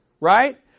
right